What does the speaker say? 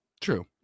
true